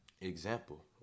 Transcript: example